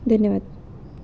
धन्यवाद